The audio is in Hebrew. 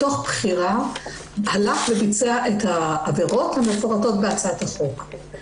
מתוך בחירה ביצע את העבירות המפורטות בהצעת החוק.